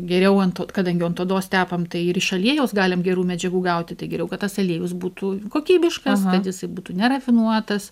geriau ant kadangi ant odos tepam tai ir iš aliejaus galim gerų medžiagų gauti tai geriau kad tas aliejus būtų kokybiškas kad jisai būtų nerafinuotas